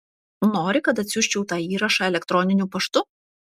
nori kad atsiųsčiau tą įrašą elektroniniu paštu